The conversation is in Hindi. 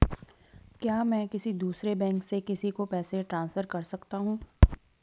क्या मैं किसी दूसरे बैंक से किसी को पैसे ट्रांसफर कर सकता हूँ?